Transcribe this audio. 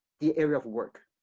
the area of work.